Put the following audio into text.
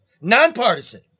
Nonpartisan